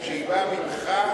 כשהיא באה ממך?